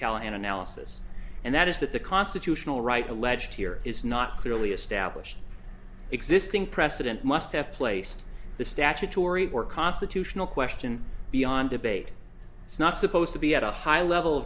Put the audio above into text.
callahan analysis and that is that the constitutional right alleged here is not clearly established existing precedent must have placed the statutory or constitutional question beyond debate it's not supposed to be at a high level of